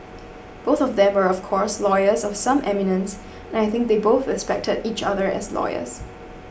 both of them were of course lawyers of some eminence and I think they both respected each other as lawyers